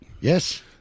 Yes